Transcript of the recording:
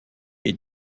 est